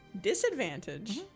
Disadvantage